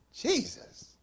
Jesus